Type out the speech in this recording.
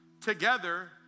together